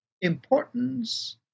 importance